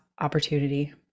opportunity